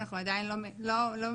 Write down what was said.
אנחנו עדיין לא ביישום.